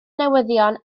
newyddion